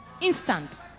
Instant